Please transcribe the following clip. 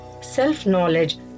self-knowledge